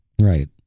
Right